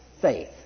Faith